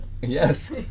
yes